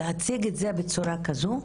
להציג את זה בצורה כזו,